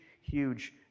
huge